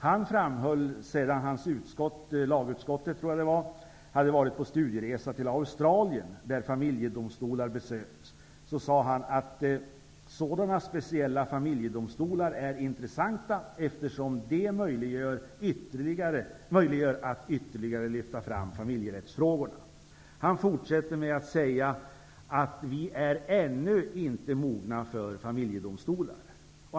Han framhöll sedan hans utskott, lagutskottet tror jag att det var, hade varit på studieresa i Australien, där familjedomstolar besökts, att sådana speciella familjedomstolar är intressanta, eftersom de möjliggör att ytterligare lyfta fram familjerättsfrågorna. Han fortsatte med att säga att vi ännu inte är mogna för familjedomstolar.